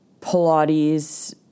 Pilates